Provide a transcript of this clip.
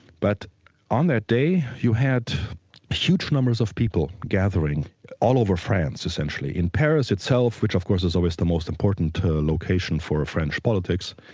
but on that day you had huge numbers of people gathering all over france essentially. in paris itself, which of course is always the most important location for french politics,